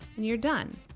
and you're done.